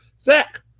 zach